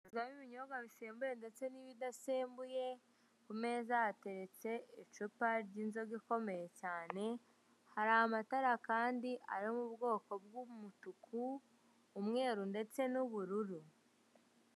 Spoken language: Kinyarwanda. Habamo ibinyobwa bisembuye n'ibidasembuye, ku meza hateretse icupa ry'inzoga ikomeye cyane, hari amatara kandi ari mu bwoko bw'umutuku, umweru ndetse n'ubururu.